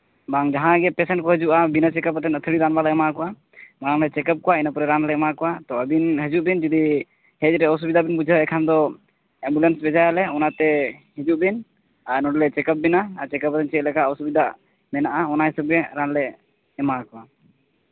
ᱵᱟᱝ ᱡᱟᱦᱟᱸᱭ ᱜᱮ ᱯᱮᱥᱮᱱᱴ ᱠᱚ ᱦᱤᱡᱩᱜᱼᱟ ᱵᱤᱱᱟᱹ ᱪᱮᱠᱟᱯ ᱟᱹᱛᱷᱟᱹᱲᱤ ᱨᱟᱱ ᱵᱟᱞᱮ ᱮᱢᱟ ᱠᱚᱣᱟ ᱢᱟᱲᱟᱝ ᱞᱮ ᱪᱮᱠᱟᱯ ᱠᱚᱣᱟ ᱤᱱᱟᱹ ᱯᱚᱨᱮ ᱨᱟᱱ ᱞᱮ ᱮᱢᱟ ᱠᱚᱣᱟ ᱟᱹᱵᱤᱱ ᱦᱤᱡᱩᱜ ᱵᱤᱱ ᱡᱩᱫᱤ ᱦᱮᱡ ᱨᱮ ᱚᱥᱩᱵᱤᱫᱷᱟ ᱵᱤᱱ ᱵᱩᱡᱷᱟᱹᱣ ᱮᱜ ᱠᱷᱟᱡ ᱫᱚ ᱮᱢᱵᱩᱞᱮᱱᱥ ᱵᱷᱮᱡᱟᱭᱟᱞᱮ ᱚᱱᱟᱛᱮ ᱦᱤᱡᱩᱜ ᱵᱤᱱ ᱟᱨ ᱱᱚᱰᱮᱞᱮ ᱪᱮᱠᱟᱯ ᱵᱮᱱᱟ ᱟᱨ ᱪᱮᱠᱟᱯ ᱨᱮ ᱪᱮᱫ ᱞᱮᱠᱟ ᱚᱥᱩᱵᱤᱫᱷᱟ ᱢᱮᱱᱟᱜᱼᱟ ᱚᱱᱟ ᱦᱤᱥᱟᱹᱵ ᱜᱮ ᱨᱟᱱ ᱞᱮ ᱮᱢᱟ